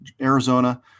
arizona